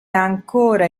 ancora